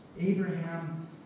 Abraham